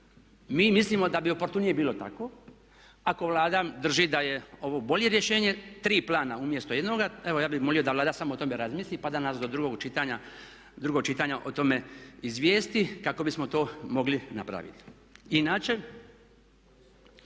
mi mislimo da bi oportunije bilo tako ako Vlada drži da je ovo bolje rješenje, tri plana umjesto jednoga. Evo ja bih molio da Vlada samo o tome razmisli pa da nas do drugog čitanja, drugog čitanja o tome izvijesti kako bismo to mogli napraviti. Inače